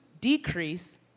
decrease